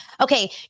Okay